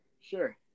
Sure